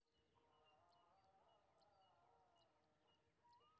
मुर्गी पालन केना करब व्याख्या करु?